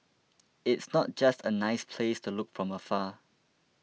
it's not just a nice place to look from afar